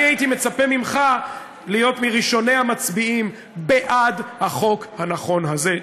אני הייתי מצפה ממך להיות מראשוני המצביעים בעד החוק הנכון הזה.